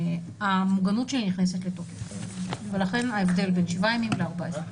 המוגנות שלי נכנסת לתוקף ולכן ההבדל בין שבעה ימים ל-14,